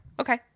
Okay